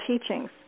teachings